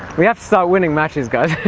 we have to start winning matches guys!